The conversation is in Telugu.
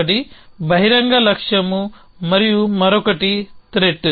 ఒకటి బహిరంగ లక్ష్యం మరియు మరొకటి త్రెట్